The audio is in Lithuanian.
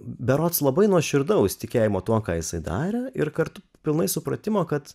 berods labai nuoširdaus tikėjimo tuo ką jisai darė ir kartu pilnai supratimo kad